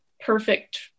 perfect